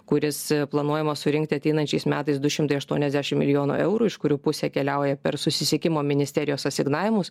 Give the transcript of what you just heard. kuris planuojamas surinkti ateinančiais metais du šimtai aštuoniasdešim milijonų eurų iš kurių pusė keliauja per susisiekimo ministerijos asignavimus